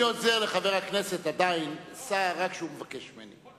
אני עוזר לחבר הכנסת סער רק כשהוא מבקש ממני.